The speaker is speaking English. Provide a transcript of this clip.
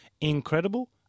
incredible